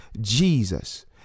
Jesus